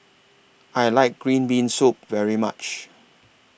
I like Green Bean Soup very much